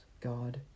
God